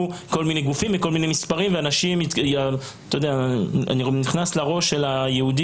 כל מיני גופים עם כל מיני מספרים ואנשים -- אני נכנס לראש של היהודי